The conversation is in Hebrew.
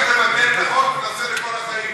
(הוראות מיוחדות),